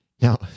Now